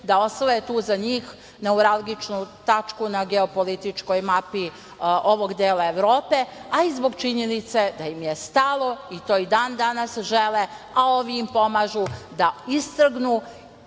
da osvoje tu za njih neuralgičnu tačku na geopolitičkoj mapi ovog dela Evrope, a i zbog činjenice da im je stalo, i to i dan danas žele, a ovi im pomažu, da istrgnu